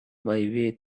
way